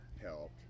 helped